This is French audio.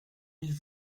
mille